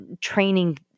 training